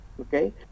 okay